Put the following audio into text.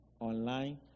online